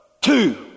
Two